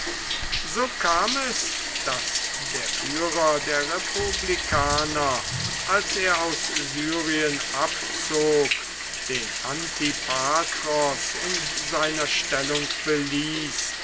so kam es daß der führer der republikaner als er aus syrien abzog den antipatros in seiner stellung